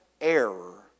error